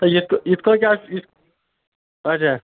A یِتھٕ یِتھ کٔٹھۍ کیٛاہ اچھا